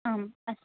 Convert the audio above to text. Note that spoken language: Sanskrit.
आम् अस्तु